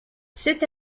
c’est